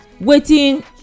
waiting